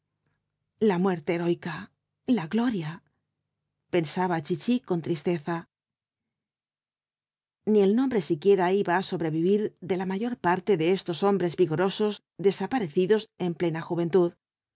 la muerte heroica la gloria pensaba chichi con tristeza ni el nombre siquiera iba á sobrevivir de la mayor parte de estos hombres vigorosos desaparecidos en plena juventud